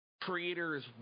Creators